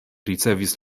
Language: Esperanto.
ricevis